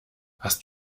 hast